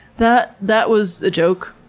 that that was a joke,